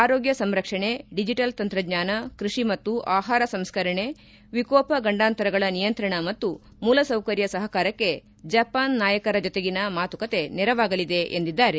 ಆರೋಗ್ಡ ಸಂರಕ್ಷಣೆ ಡಿಜಿಟಲ್ ತಂತ್ರಜ್ಞಾನ ಕೃಷಿ ಮತ್ತು ಆಹಾರ ಸಂಸ್ಕರಣೆ ವಿಕೋಪ ಗಂಡಾಂತರಗಳ ನಿಯಂತ್ರಣ ಮತ್ತು ಮೂಲಸೌಕರ್ಯ ಸಹಕಾರಕ್ಕೆ ಜಪಾನ್ ನಾಯಕರ ಜೊತೆಗಿನ ಮಾತುಕತೆ ನೆರವಾಗಲಿದೆ ಎಂದಿದ್ದಾರೆ